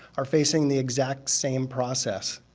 are facing the exact same process.